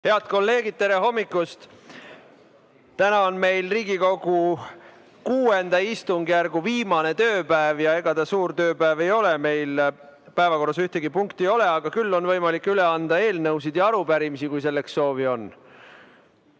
Head kolleegid, tere hommikust! Täna on meil Riigikogu VI istungjärgu viimane tööpäev. Ega ta suur tööpäev olegi, meil päevakorras ühtegi punkti ei ole. Küll aga on võimalik üle anda eelnõusid ja arupärimisi, kui selleks on soovi.